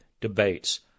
debates